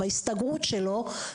בהסתגרות שלו.